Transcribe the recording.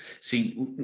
See